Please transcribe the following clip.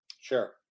Sure